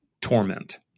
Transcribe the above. torment